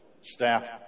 staff